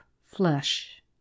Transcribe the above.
flesh